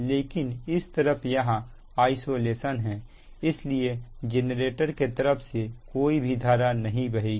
लेकिन इस तरफ यहां आइसोलेशन है इसलिए जेनरेटर के तरफ से कोई भी धारा नहीं बहेगी